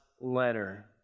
letter